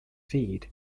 feed